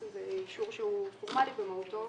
זה אישור פורמאלי במהותו,